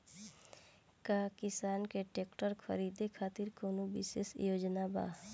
का किसान के ट्रैक्टर खरीदें खातिर कउनों विशेष योजना बा?